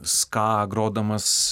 ska grodamas